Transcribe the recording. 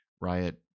Riot